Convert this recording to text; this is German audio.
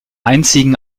einzigen